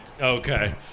Okay